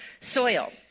soil